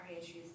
issues